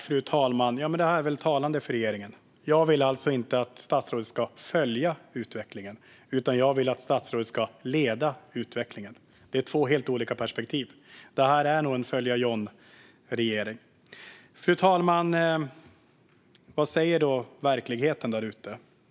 Fru talman! Det här är väl talande för regeringen. Jag vill inte att statsrådet ska följa utvecklingen, utan jag vill att statsrådet ska leda utvecklingen. Det är två helt olika perspektiv. Det här är en följa John-regering. Fru talman! Vad säger verkligheten?